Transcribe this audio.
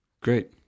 Great